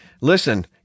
listen